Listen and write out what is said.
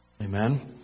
Amen